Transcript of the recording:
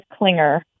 clinger